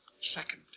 Second